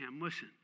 listen